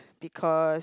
because